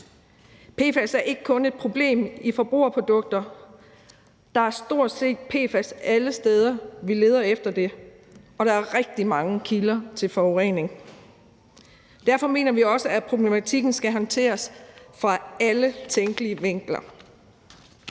PFAS er ikke kun et problem i forbrugerprodukter; der er stort set PFAS alle de steder, hvor vi leder efter det, og der er rigtig mange kilder til forurening. Derfor mener vi også, at problematikken skal håndteres fra alle tænkelige vinkler.